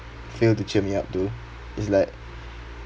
fail to cheer me up too it's like